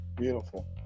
Beautiful